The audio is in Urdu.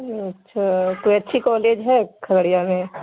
اچھا کوئی اچھی کالج ہے کھگڑیا میں